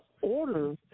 order